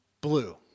blue